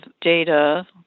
data